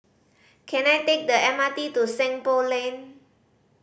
can I take the M R T to Seng Poh Lane